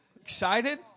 Excited